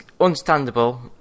understandable